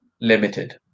limited